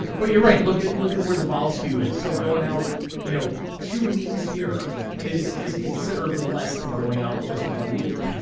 but you're right, look at look at where the vol skew is. so going out you know two weeks here is is considerably less than going out just one week,